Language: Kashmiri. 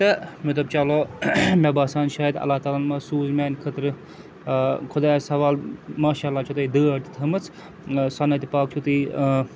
تہٕ مےٚ دوٚپ چلو مےٚ باسان شاید اللہ تعالیٰ ہن مَہ سوٗز میٛانہِ خٲطرٕ خۄدایَس سَوال ماشاء اللہ چھو تۄہہِ دٲڑ تہِ تھٲومٕژ سۄنَتہِ پاک چھُو تُہۍ